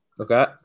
Okay